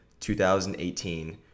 2018